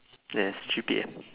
yes three P_M